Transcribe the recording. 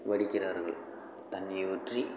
வடிக்கிறார்கள் தண்ணீர் ஊற்றி